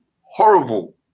horrible